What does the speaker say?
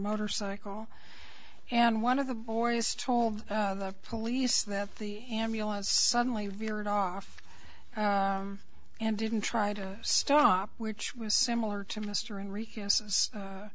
motorcycle and one of the boys told the police that the ambulance suddenly veered off and didn't try to stop which was similar to